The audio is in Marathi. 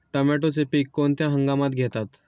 टोमॅटोचे पीक कोणत्या हंगामात घेतात?